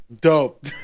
Dope